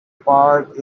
park